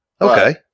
Okay